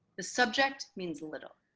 the subject means little.